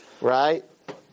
right